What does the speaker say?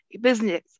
business